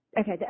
okay